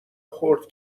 خرد